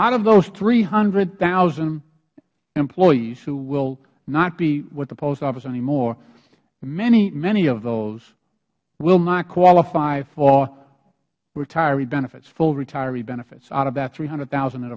out of those three hundred thousand employees who will not be with the post office any more many many of those will not qualify for retiree benefits full retiree benefits out of that three hundred thousand that